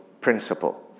principle